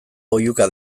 oihuka